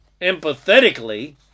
empathetically